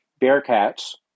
Bearcat's